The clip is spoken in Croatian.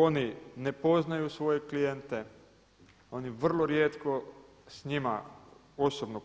Oni ne poznaju svoje klijente, oni vrlo rijetko s njima osobno